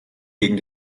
gegen